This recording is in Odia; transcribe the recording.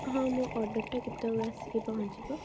ହଁ ମୋ ଅର୍ଡ଼ରଟା କେତେବେଳେ ଆସିକି ପହଞ୍ଚିବ